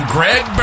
Greg